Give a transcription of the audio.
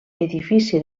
edifici